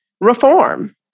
reform